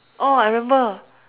oh I remember